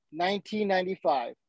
1995